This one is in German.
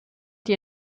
die